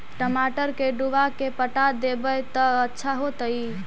टमाटर के डुबा के पटा देबै त अच्छा होतई?